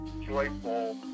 joyful